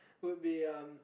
would be um